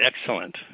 excellent